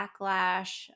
backlash